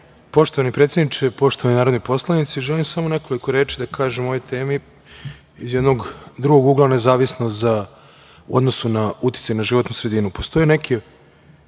Poštovani predsedniče, poštovani narodi poslanici, želim samo nekoliko reči da kažem o ovoj temi iz jednog drugog ugla nezavisno u odnosu na uticaj na životnu sredinu. Postoje neki